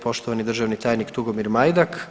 poštovani državni tajnik Tugomir Majdak.